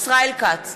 ישראל כץ,